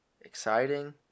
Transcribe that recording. Exciting